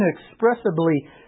inexpressibly